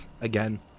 again